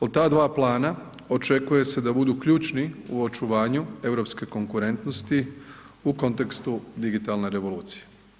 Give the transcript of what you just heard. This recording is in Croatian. Od ta dva plana očekuje se da budu ključni u očuvanju europske konkurentnosti u kontekstu digitalne revolucije.